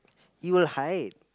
you hide